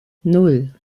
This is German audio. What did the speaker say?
nan